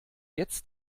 jetzt